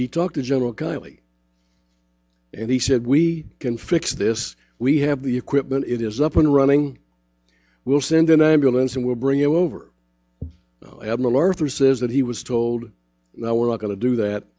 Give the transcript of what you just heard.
he talked to general kiley and he said we can fix this we have the equipment it is up and running we'll send an ambulance and we'll bring you over admiral arthur says that he was told that we're not going to do that